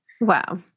Wow